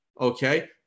okay